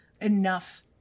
enough